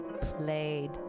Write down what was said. played